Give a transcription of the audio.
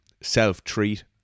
self-treat